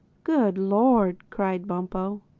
good lord! cried bumpo.